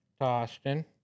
Austin